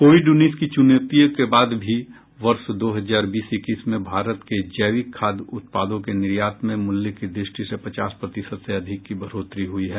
Covid उन्नीस की चुनौतियों के बाद भी वर्ष दो हजार बीस इक्कीस में भारत के जैविक खाद्य उत्पादों के निर्यात में मूल्य की दृष्टि से पचास प्रतिशत से अधिक की बढ़ोतरी हई है